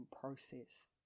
process